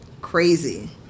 crazy